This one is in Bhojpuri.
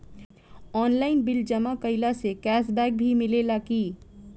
आनलाइन बिल जमा कईला से कैश बक भी मिलेला की?